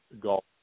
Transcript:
golf